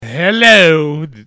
Hello